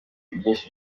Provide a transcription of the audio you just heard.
byinshi